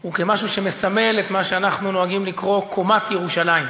הם כמשהו שמסמל את מה שאנחנו נוהגים לקרוא "קומת ירושלים"